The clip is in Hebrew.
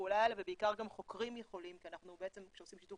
הפעולה האלה ובעיקר גם חוקרים כי בעצם כשאנחנו עושים שיתוף